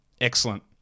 Excellent